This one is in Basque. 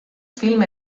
film